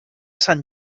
sant